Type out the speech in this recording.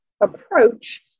approach